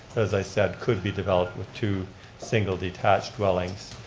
as i said, could be developed with two single detached dwellings.